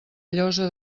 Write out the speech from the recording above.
llosa